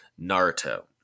Naruto